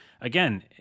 again